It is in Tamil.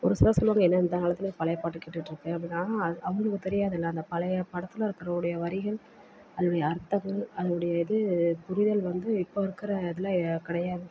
ஒரு சிலர் சொல்லுவாங்க என்ன இந்த காலத்தில் பழைய பாட்டு கேட்டுட்டுருக்க அப்டின்னு ஆனால் அவங்களுக்கு தெரியாதுளல்ல அந்த பழைய படத்தில் இருக்குறவுடைய வரிகள் அதோடைய அர்த்தங்கள் அதோடைய இது புரிதல் வந்து இப்போது இருக்கிற இதில் கிடையாது